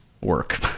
work